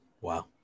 Wow